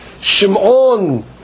Shimon